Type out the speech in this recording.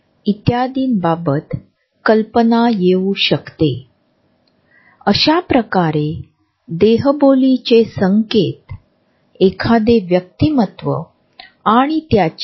या छायाचित्रांमधे आपल्याला जवळपासची जागा आणि एकमेकांमधील अंतरही दिसून येते आहे परस्परांमधील अंतर आपण ठेवत आहोत ते इतर लोकांबद्दलची आपली वृत्ती आणि कल्पनादेखील व्यक्त करतात